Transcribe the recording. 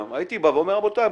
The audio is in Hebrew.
אני הייתי בא ואומר רבותיי,